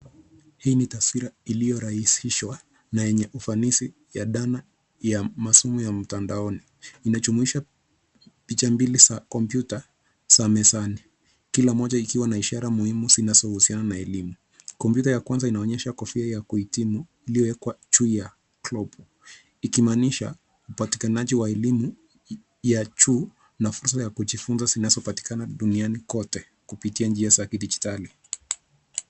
Hii ni taswira iliyorahisishwa na yenye ufanisi ya dhana ya masomo ya mtandaoni. Inajumuisha picha mbili za kompyuta za mezani, kila moja ikiwa na ishara muhimu zinazohusiana na elimu. Kompyuta ya kwanza inaonyesha kofia ya kuhitimu iliyowekwa juu ya globu, ikimaanisha, upatikanaji wa elimu ya juu na fursa ya kujifunza zinazopatikana duniani kote kupitia njia za kidijitali.